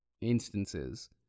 instances